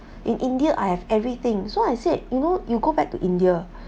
in india I have everything so I said you know you go back to india